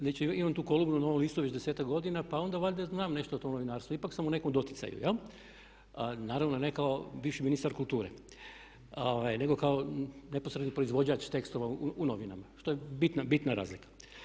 Znači imam tu kolumnu u Novom listu već 10-ak godina pa onda valjda znam nešto o tom novinarstvu, ipak sam u nekom doticaju, naravno ne kao bivši ministar kulture nego kao neposredni proizvođač tekstova u novinama što je bitna razlika.